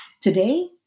Today